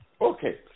Okay